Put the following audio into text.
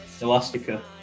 Elastica